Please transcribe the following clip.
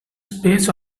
space